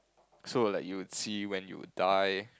so like you would see when you would die